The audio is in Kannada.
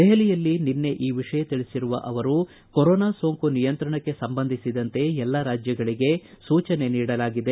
ದೆಹಲಿಯಲ್ಲಿ ನಿನ್ನೆ ಈ ವಿಷಯ ತಿಳಿಸಿರುವ ಅವರು ಕೊರೋನಾ ಸೋಂಕು ನಿಯಂತ್ರಣಕ್ಕೆ ಸಂಬಂಧಿಸಿದಂತೆ ಎಲ್ಲ ರಾಜ್ಯಗಳಿಗೆ ಸೂಚನೆ ನೀಡಲಾಗಿದೆ